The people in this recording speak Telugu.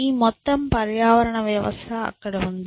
ఈ మొత్తం పర్యావరణ వ్యవస్థ అక్కడ ఉంది